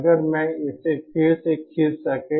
अगर मैं इसे फिर से खींच सकें